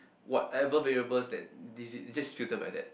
whatever variables that is it they just filter by that